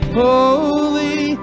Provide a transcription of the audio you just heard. holy